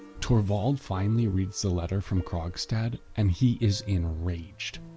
torvald finally reads the letter from krogstad and he is enraged.